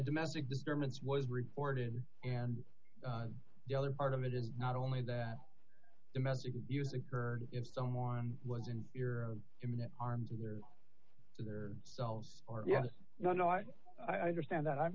domestic disturbance was reported and the other part of it is not only that domestic abuse occurred in someone was in fear imminent harm to their to their selves are yes no no i understand that i'm